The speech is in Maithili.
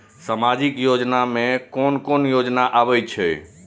सामाजिक योजना में कोन कोन योजना आबै छै?